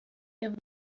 wurde